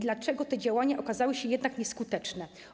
Dlaczego te działania okazały się jednak nieskuteczne?